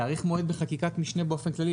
להאריך מועד בחקיקת משנה באופן כללי,